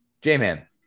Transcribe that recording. J-Man